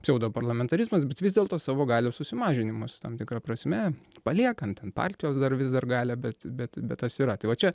pseudoparlamentarizmas bet vis dėlto savo galių susimažinimus tam tikra prasme paliekant ten partijos dar vis dar galią bet bet bet tas yra tai va čia